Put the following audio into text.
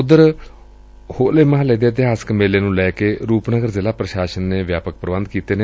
ਉਧਰ ਹੋਲੇ ਮਹੱਲੇ ਦੇ ਇਤਿਹਾਸਕ ਮੇਲੇ ਨੂੰ ਲੈ ਕੇ ਰੂਪਨਗਰ ਜ਼ਿਲ੍ਫੇ ਪ੍ਰਸ਼ਾਸਨ ਨੇ ਵਿਆਪਕ ਪ੍ਰਬੰਧ ਕੀਤੇ ਨੇ